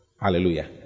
Hallelujah